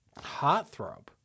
Heartthrob